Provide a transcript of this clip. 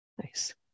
Nice